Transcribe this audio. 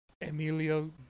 Emilio